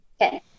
Okay